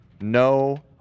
no